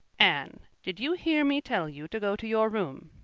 anne, did you hear me tell you to go to your room?